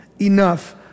enough